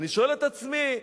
אני שואל את עצמי: